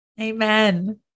Amen